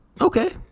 Okay